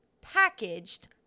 packaged